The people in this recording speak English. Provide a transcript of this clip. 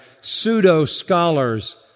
pseudo-scholars